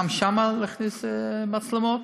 גם שם להכניס מצלמות,